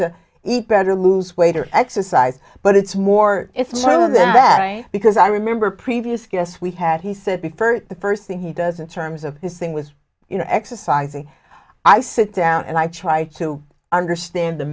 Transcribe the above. to eat better lose weight or exercise but it's more it's sort of that i because i remember previous guests we've had he said the first the first thing he does in terms of his thing was you know exercising i sit down and i try to understand the